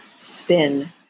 spin